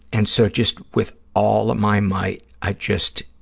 and so just, with all of my might, i just,